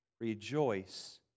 rejoice